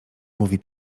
mówi